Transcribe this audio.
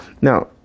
Now